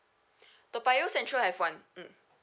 toa payoh central have one mm